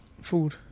food